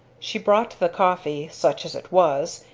she brought the coffee, such as it was,